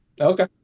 Okay